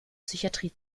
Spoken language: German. psychiatrie